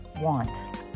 Want